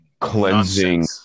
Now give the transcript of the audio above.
Cleansing